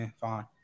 fine